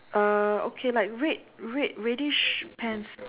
uh okay like red red reddish pants